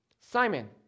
Simon